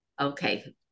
Okay